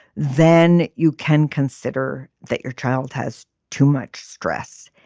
then you can consider that your child has too much stress.